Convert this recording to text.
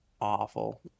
Awful